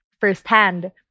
firsthand